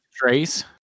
trace